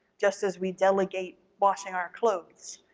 just as we delegate washing our clothes,